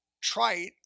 trite